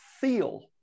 feel